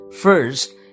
First